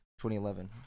2011